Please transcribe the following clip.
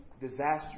Disaster